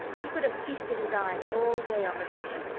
he could have feasted his eyes all day on the treasures,